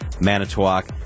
Manitowoc